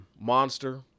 monster